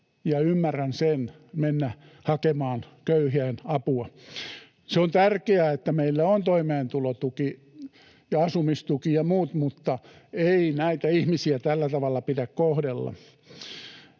ja ymmärrän sen — mennä hakemaan köyhien apua. Se on tärkeää, että meillä on toimeentulotuki ja asumistuki ja muut, mutta ei näitä ihmisiä tällä tavalla pidä kohdella.